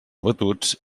batuts